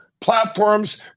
platforms